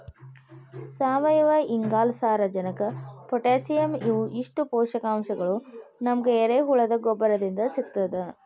ಸಾವಯುವಇಂಗಾಲ, ಸಾರಜನಕ ಪೊಟ್ಯಾಸಿಯಂ ಇವು ಇಷ್ಟು ಪೋಷಕಾಂಶಗಳು ನಮಗ ಎರೆಹುಳದ ಗೊಬ್ಬರದಿಂದ ಸಿಗ್ತದ